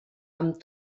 amb